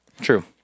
true